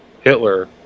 Hitler